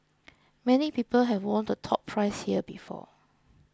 many people have won the top prize here before